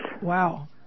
Wow